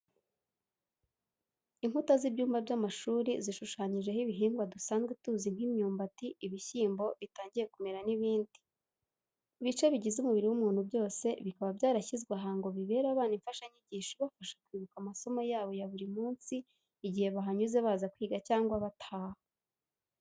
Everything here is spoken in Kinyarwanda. Inkuta z'ibyumba by'amashuri zishushanyijeho ibihingwa dusanzwe tuzi nk'imyumbati, ibishyimbo bitangiye kumera n'ibindi. Ibice bigize umubiri w'umuntu byose bikaba byarashyizwe aha ngo bibere abana imfashanyigisho ibafasha kwibuka amasomo yabo ya buri munsi igihe bahanyuze baza kwiga cyangwa bataha.